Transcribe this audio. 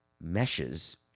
meshes